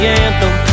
anthem